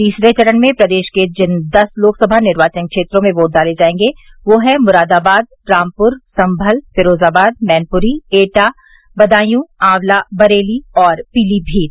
तीसरे चरण में प्रदेश के जिन दस लोकसभा निर्वाचन क्षेत्रों में वोट डाले जायेंगे वह हैं मुरादाबाद रामपुर संभल फिरोजाबाद मैनपुरी एटा बदायूं आंवला बरेली और पीलीभीत